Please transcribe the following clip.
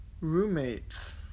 roommates